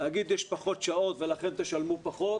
להגיד שיש פחות שעות ולכן תשלמו פחות,